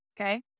Okay